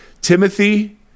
timothy